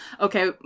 Okay